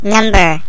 Number